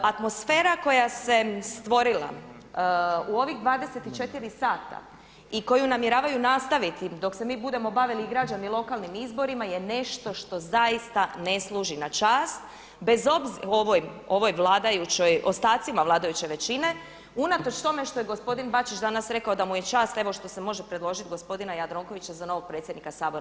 Atmosfera koja se stvorila u ovih 24 sata i koju namjeravaju nastaviti dok se mi budemo bavili i građani lokalnim izborima je nešto što zaista ne služi na čast ovoj vladajućoj, ostacima vladajuće većine, unatoč tome što je gospodin Bačić danas rekao da mu je čast evo što se može predložit gospodina Jandrokovića za novog predsjednika Sabora.